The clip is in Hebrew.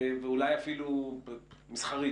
ואולי אפילו מסחרית,